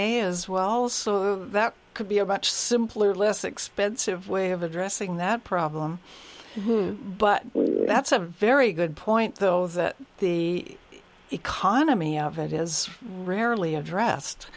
a as well so that could be a much simpler less expensive way of addressing that problem but that's a very good point the economy of it is rarely addressed